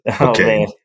Okay